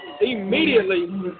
immediately